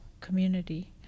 community